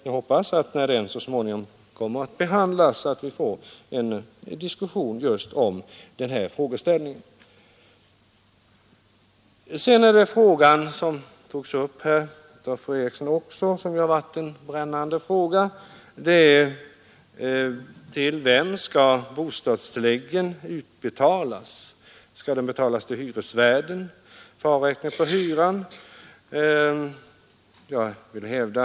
Jag hoppas att vi, när detta förslag kommer att behandlas, får en diskussion om denna frågeställning. Fru Eriksson i Stockholm tog upp en fråga som varit brännande, nämligen till vem bostadstilläggen skall utbetalas. Skall de betalas till hyresvärden som avräkning för hyran eller inte?